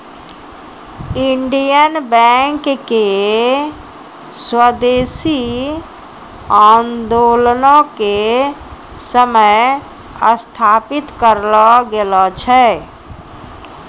Indian Bank के स्वदेशी आन्दोलनो के समय स्थापित करलो गेलो छै